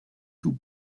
tout